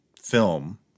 film